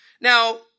Now